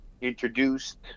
introduced